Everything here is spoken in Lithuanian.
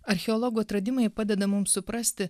archeologų atradimai padeda mums suprasti